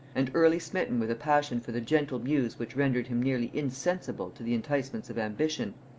and early smitten with a passion for the gentle muse which rendered him nearly insensible to the enticements of ambition,